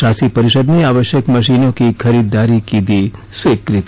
शासी परिषद ने आवश्यक मशीनों की खरीदारी की दी स्वीकृति